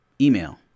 email